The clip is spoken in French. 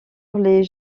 les